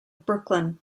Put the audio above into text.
brooklyn